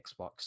Xbox